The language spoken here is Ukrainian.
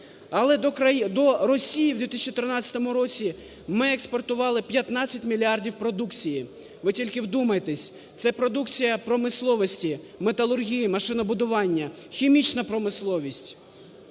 Але до Росії у 2013 році ми експортували 15 мільярдів продукції, ви тільки вдумайтесь, це продукція промисловості, металургії, машинобудування, хімічна промисловість.